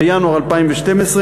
בינואר 2012,